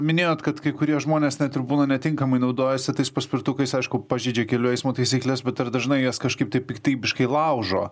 minėjot kad kai kurie žmonės net ir būna netinkamai naudojosi tais paspirtukais aišku pažeidžia kelių eismo taisykles bet ar dažnai jas kažkaip taip piktybiškai laužo